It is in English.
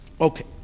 Okay